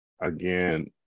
again